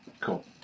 Cool